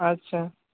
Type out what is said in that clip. আচ্ছা